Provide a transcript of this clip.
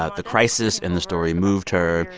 ah the crisis in the story moved her.